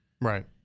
Right